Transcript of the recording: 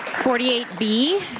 forty b,